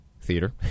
theater